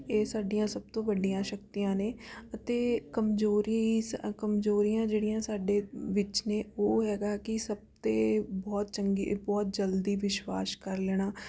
ਇਹ ਸਾਡੀਆਂ ਸਭ ਤੋਂ ਵੱਡੀਆਂ ਸ਼ਕਤੀਆਂ ਨੇ ਅਤੇ ਕਮਜ਼ੋਰੀ ਸ ਅ ਕਮਜ਼ੋਰੀਆਂ ਜਿਹੜੀਆਂ ਸਾਡੇ ਵਿੱਚ ਨੇ ਉਹ ਹੈਗਾ ਕਿ ਸਭ 'ਤੇ ਬਹੁਤ ਚੰਗੀ ਬਹੁਤ ਜਲਦੀ ਵਿਸ਼ਵਾਸ ਕਰ ਲੈਣਾ